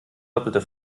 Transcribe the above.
doppelter